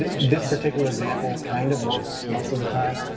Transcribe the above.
this particular example kind of works most of the time.